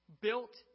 built